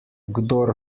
kdor